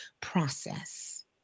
process